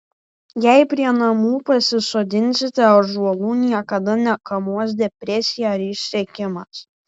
jei prie namų pasisodinsite ąžuolų niekada nekamuos depresija ar išsekimas